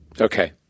okay